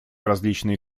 различные